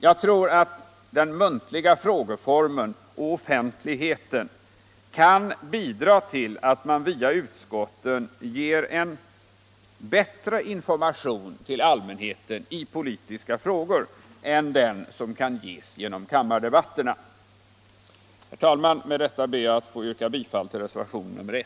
Jag tror att den muntliga frågeformen och offentligheten kan bidra till att man via utskotten ger allmänheten en bättre information i politiska frågor än den som kan ges genom kammardebatterna. Herr talman! Med detta ber jag att få yrka bifall till reservationen